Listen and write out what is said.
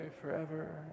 forever